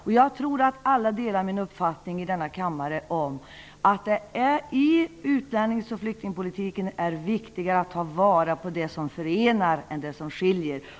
Jag tror att alla i denna kammare delar min uppfattning, nämligen att det i utlännings och flyktingpolitiken är viktigare att ta vara på det som förenar än att ta vara på det som skiljer.